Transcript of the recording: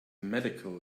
medical